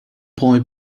boy